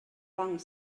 banc